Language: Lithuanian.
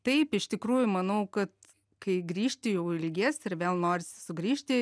taip iš tikrųjų manau kad kai grįžti jau ilgies ir vėl norisi sugrįžti